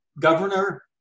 Governor